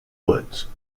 woods